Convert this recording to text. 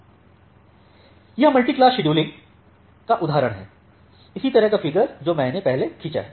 यहां multi class scheduling का उदाहरण है इसी तरह का फिगर जो मैंने पहले खींचा है